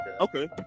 okay